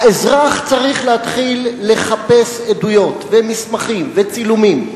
האזרח צריך להתחיל לחפש עדויות ומסמכים וצילומים.